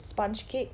sponge cake